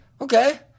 Okay